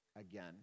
again